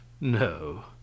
no